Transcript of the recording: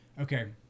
okay